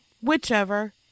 whichever